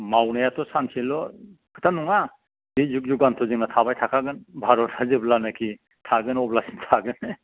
मावनायाथ' सानसेल' खोथा नङा बे जुग जुग आन्थ'जोना थाबाय थाखागोन भारतआ जेब्लानाखि थागोन अब्लासिम थागोन